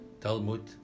Talmud